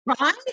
Right